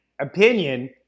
opinion